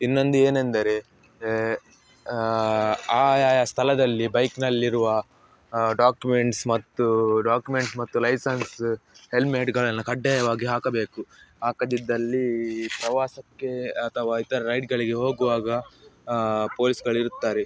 ಇನ್ನೊಂದು ಏನೆಂದರೆ ಆಯಾಯ ಸ್ಥಳದಲ್ಲಿ ಬೈಕ್ನಲ್ಲಿರುವ ಡಾಕ್ಯುಮೆಂಟ್ಸ್ ಮತ್ತು ಡಾಕ್ಯುಮೆಂಟ್ಸ್ ಮತ್ತು ಲೈಸನ್ಸ ಹೆಲ್ಮೇಟ್ಗಳನ್ನು ಕಡ್ಡಾಯವಾಗಿ ಹಾಕಬೇಕು ಹಾಕದಿದ್ದಲ್ಲಿ ಪ್ರವಾಸಕ್ಕೆ ಅಥವಾ ಇತರ ರೈಡ್ಗಳಿಗೆ ಹೋಗುವಾಗ ಪೋಲಿಸ್ಗಳು ಇರುತ್ತಾರೆ